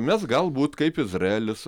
mes galbūt kaip izraelis